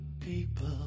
people